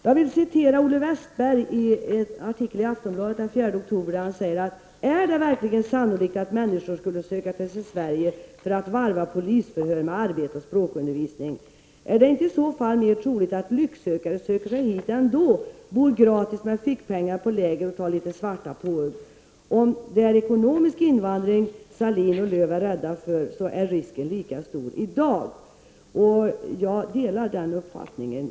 Jag vill citera ur Olle Wästbergs artikel i ''Är det verkligen sannolikt att människor skulle söka sig till Sverige för att varva polisförhör med arbete och språkundervisning? Är det inte i så fall mer troligt att lycksökare söker sig hit ändå, bor gratis med fickpengar på läger och tar lite svarta påhugg. Om det är ekonomisk invandring Sahlin/Lööw är rädda för, är risken lika stor i dag.'' Jag delar denna uppfattning.